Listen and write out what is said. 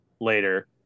later